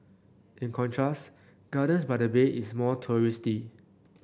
in contrast gardens by the bay is more touristy